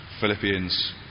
Philippians